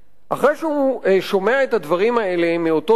אחרי שהוא שומע את הדברים האלה מאותו זקן,